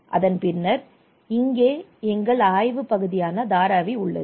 அதன் பின்னர் இங்கே எங்கள் ஆய்வு பகுதியான தாராவி உள்ளது